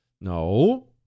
No